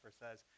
says